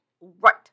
Right